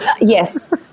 yes